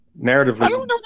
Narratively